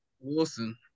Wilson